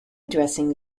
dressing